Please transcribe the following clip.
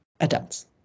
adults